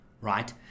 Right